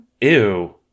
ew